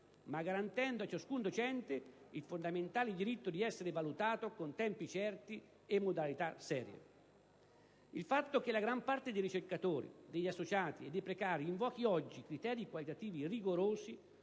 ma garantendo a ciascun docente il fondamentale diritto ad essere valutato con tempi certi e modalità serie. Il fatto che la gran parte dei ricercatori, degli associati e dei precari invochi oggi criteri qualitativi rigorosi,